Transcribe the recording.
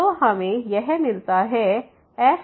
तो हमें यह मिलता है f1